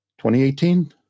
2018